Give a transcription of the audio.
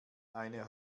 eine